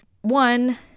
One